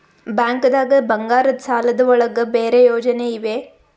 ಬ್ಯಾಂಕ್ದಾಗ ಬಂಗಾರದ್ ಸಾಲದ್ ಒಳಗ್ ಬೇರೆ ಯೋಜನೆ ಇವೆ?